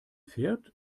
fährt